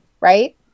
right